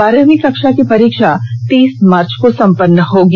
बारहवीं कक्षा की परीक्षा तीस मार्च को सम्पन्न होगी